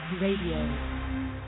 radio